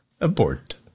Abort